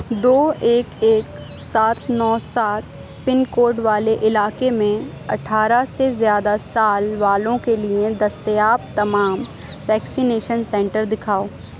دو ایک ایک سات نو سات پن کوڈ والے علاقے میں اٹھارہ سے زیادہ سال والوں کے لیے دستیاب تمام ویکسینیشن سنٹر دکھاؤ